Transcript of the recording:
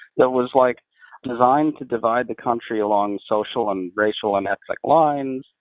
that was like designed to divide the country along social and racial and ethnic lines,